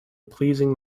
pleasing